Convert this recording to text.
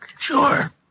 Sure